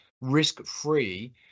risk-free